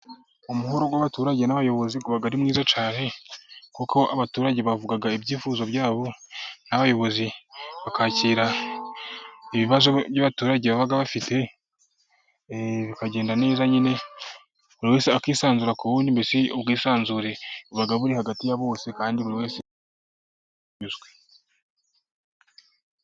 Umuhuro w'abaturage n'abayobozi, uba ari mwiza cyane, kuko abaturage bavuga ibyifuzo byabo, n'abayobozi bakakira ibibazo, by'abaturage baba bafite, bikagenda neza nyine, buriwese akisanzura ku wundi, mbese ubwisanzure buba buri hagati ya bose kandi buri wese izwi.